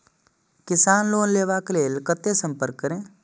किसान लोन लेवा के लेल कते संपर्क करें?